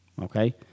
okay